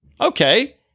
Okay